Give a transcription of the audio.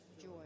joy